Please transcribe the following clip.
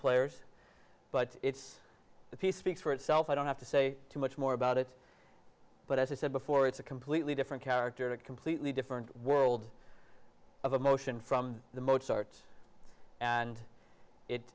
players but it's the piece speaks for itself i don't have to say too much more about it but as i said before it's a completely different character a completely different world of emotion from the mozart and it